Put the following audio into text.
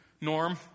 Norm